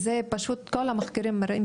כל המחקרים מראים